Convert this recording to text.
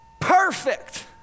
perfect